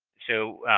so,